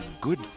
Good